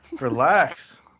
Relax